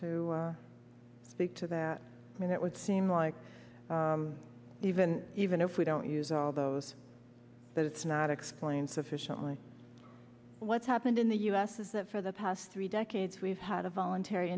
to speak to the i mean it would seem like even even if we don't use all those that it's not explained sufficiently what's happened in the us is that for the past three decades we've had a voluntary